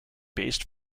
based